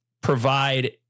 provide